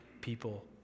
people